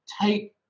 take